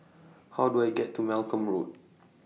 How Do I get to Malcolm Road